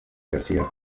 garcía